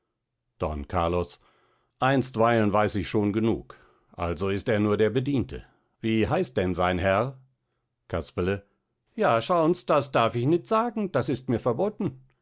don carlos einstweilen weiß ich schon genug also ist er nur der bediente wie heißt denn sein herr casperle ja schauns das darf ich nit sagen das ist mir verbotten